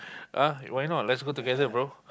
!huh! why not let's go together bro